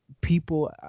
people